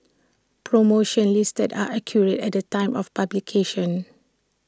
promotions listed are accurate at the time of publication